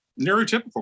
neurotypical